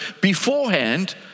beforehand